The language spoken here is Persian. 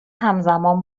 همزمان